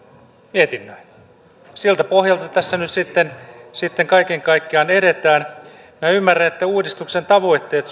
mietinnöillä siltä pohjalta tässä nyt sitten sitten kaiken kaikkiaan edetään minä ymmärrän että uudistuksen tavoitteet